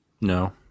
No